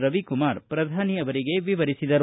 ರವಿಕುಮಾರ್ ಪ್ರಧಾನಿ ಅವರಿಗೆ ವಿವರಿಸಿದರು